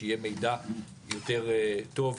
שיהיה מידע יותר טוב,